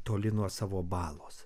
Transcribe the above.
toli nuo savo balos